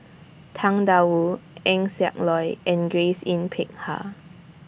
Tang DA Wu Eng Siak Loy and Grace Yin Peck Ha